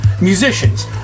musicians